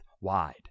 wide